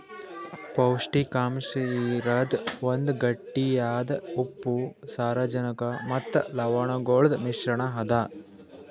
ಪೌಷ್ಟಿಕಾಂಶ ಇರದ್ ಒಂದ್ ಗಟ್ಟಿಯಾದ ಉಪ್ಪು, ಸಾರಜನಕ ಮತ್ತ ಲವಣಗೊಳ್ದು ಮಿಶ್ರಣ ಅದಾ